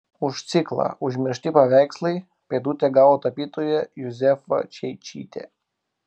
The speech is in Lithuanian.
už ciklą užmiršti paveikslai pėdutę gavo tapytoja juzefa čeičytė